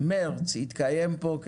מרץ יתקיים פה,